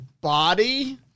body